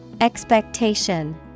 Expectation